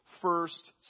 first